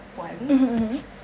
mmhmm mmhmm